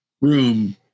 room